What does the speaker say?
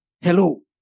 Hello